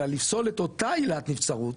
אלה לפסול את אותה עילת נבצרות